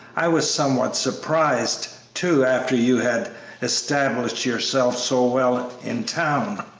i was somewhat surprised, too, after you had established yourself so well in town.